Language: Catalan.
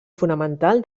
fonamental